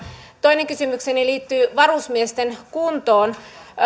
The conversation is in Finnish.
toinen kysymykseni liittyy varusmiesten kuntoon